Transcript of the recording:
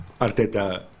Arteta